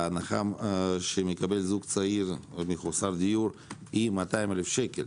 ההנחה שמקבל זוג צעיר מחוסר דיור היא 200 אלף שקל,